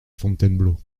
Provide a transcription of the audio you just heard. fontainebleau